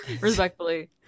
respectfully